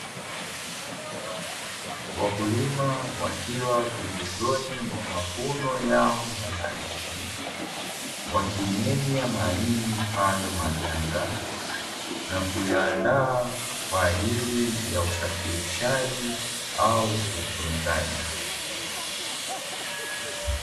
Wakulima wakiwa pembezoni ya mavuno yao ya mahindi, wakimenya maganda katika hayo mahindi na kuyaandaa kwa ajili ya usafirishaji au utunzaji.